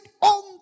on